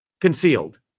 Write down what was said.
concealed